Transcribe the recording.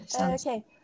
Okay